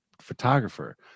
photographer